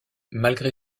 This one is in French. malgré